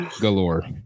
galore